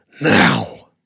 now